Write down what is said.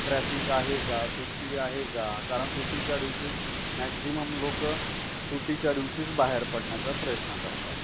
traffic आहे का सुट्टी आहे का कारण सुट्टीच्या दिवशी मॅक्झिमम लोकं सुट्टीच्या दिवशीच बाहेर पडण्याचा प्रयत्न करतात